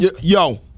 yo